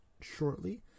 shortly